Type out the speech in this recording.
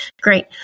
Great